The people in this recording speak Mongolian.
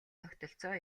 тогтолцоо